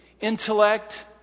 intellect